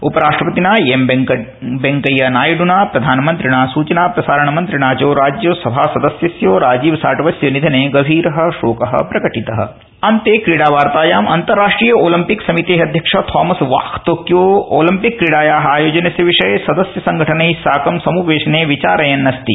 उप राष्ट्रपतिना एम वेंकैयानायड्रना प्रधानमंत्रिणा सूचना प्रसारण मन्त्रिणा च राज्यसभासदस्यस्य राजीव साटवस्य निधने गभीरः शोकः प्रकटितः अंतरराष्ट्रीय ओलिम्पिक समितेः अध्यक्षः थॉमस बाख तोक्यो ओलिम्पिक क्रीडायाः आयोजनस्य विषये सदस्य संघठनैः साकं सम्पवेशने विचारयन्नस्ति